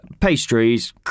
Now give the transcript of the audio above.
Pastries